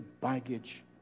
baggage